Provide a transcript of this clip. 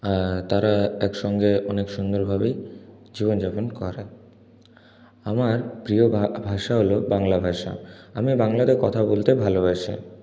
তারা একসঙ্গে অনেক সুন্দরভাবে জীবনযাপন করে আমার প্রিয় ভা ভাষা হল বাংলা ভাষা আমি বাংলাতে কথা বলতে ভালোবাসি